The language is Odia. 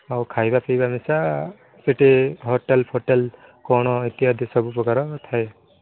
ହଉ ଖାଇବା ପିଇବା ମିଶା ସିଟି ହୋଟେଲ୍ ଫୋଟେଲ କ'ଣ ଇତ୍ୟାଦି ସବୁପ୍ରକାର ଥାଏ